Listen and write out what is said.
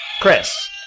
Chris